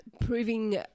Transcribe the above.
proving